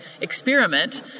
experiment